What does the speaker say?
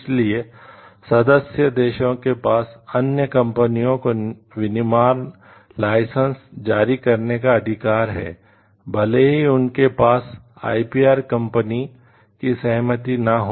इसलिए सदस्य देशों के पास अन्य कंपनियों को विनिर्माण लाइसेंस की सहमति न हो